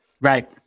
Right